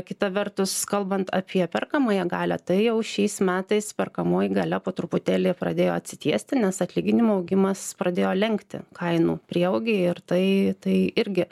kita vertus kalbant apie perkamąją galią tai jau šiais metais perkamoji galia po truputėlį pradėjo atsitiesti nes atlyginimų augimas pradėjo lenkti kainų prieaugį ir tai tai irgi